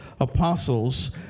apostles